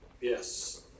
yes